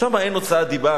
שם אין הוצאת דיבה,